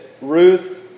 Ruth